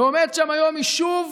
ועומד שם היום יישוב